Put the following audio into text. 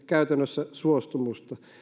käytännössä heidän maakuntapäiviensä suostumuksen